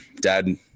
Dad